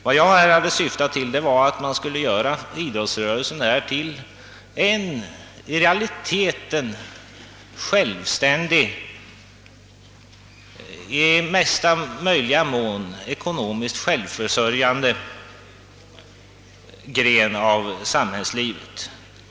Vad jag har syftat till var att man skulle göra idrottsrörelsen till en i realiteten självständig, i mesta möjliga mån ekonomiskt självförsörjande gren av samhällslivet.